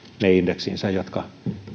ne indeksinsä jotka